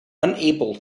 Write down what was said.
unable